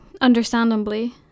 understandably